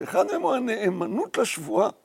היכן הנאמנות לשבועה?